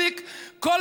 להפסיק את הדבר הזה.